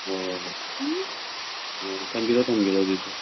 ꯍꯣꯏ ꯍꯣꯏ ꯍꯣꯏ ꯊꯝꯕꯤꯔꯣ ꯊꯝꯕꯤꯔꯣ ꯑꯗꯨꯗꯤ